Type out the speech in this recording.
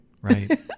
right